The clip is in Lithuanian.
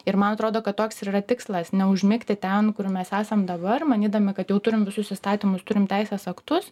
ir man atrodo kad toks ir yra tikslas neužmigti ten kur mes esam dabar manydami kad jau turim visus įstatymus turim teisės aktus